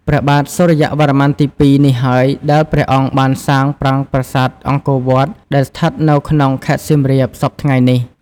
ព្រះបាទសូរ្យវរ្ម័នទី២ នេះហើយ ដែលព្រះអង្គបានសាងប្រាង្គប្រាសាទអង្គរវត្ត ដែលស្ថិតនៅក្នុងខេត្តសៀមរាប សព្វថ្ងៃនេះ។